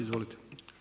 Izvolite.